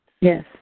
Yes